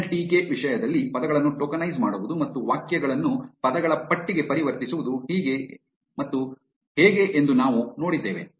N L T K ವಿಷಯದಲ್ಲಿ ಪದಗಳನ್ನು tokenise ಮಾಡುವುದು ಮತ್ತು ವಾಕ್ಯಗಳನ್ನು ಪದಗಳ ಪಟ್ಟಿಗೆ ಪರಿವರ್ತಿಸುವುದು ಹೇಗೆ ಎಂದು ನಾವು ನೋಡಿದ್ದೇವೆ